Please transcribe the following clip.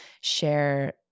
share